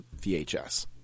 VHS